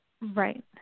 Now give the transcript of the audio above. Right